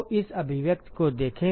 तो इस अभिव्यक्ति को देखें